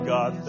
God